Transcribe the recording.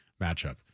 matchup